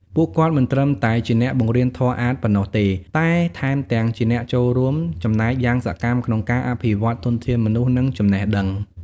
ពួកគាត់មិនត្រឹមតែជាអ្នកបង្រៀនធម៌អាថ៌ប៉ុណ្ណោះទេ តែថែមទាំងជាអ្នកចូលរួមចំណែកយ៉ាងសកម្មក្នុងការអភិវឌ្ឍធនធានមនុស្ស និងចំណេះដឹង។